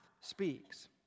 speaks